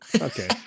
Okay